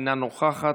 אינה נוכחת,